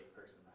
person